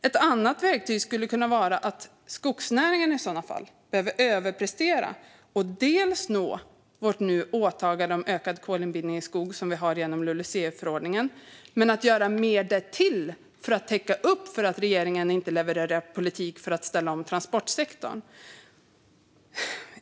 Ett annat verktyg skulle kunna vara att skogsnäringen överpresterar så att vi når vårt åtagande om ökad kolinbindning i skog som vi har genom LULUCF-förordningen och att den gör mer därtill för att täcka upp för att regeringen inte levererar politik för att ställa om transportsektorn.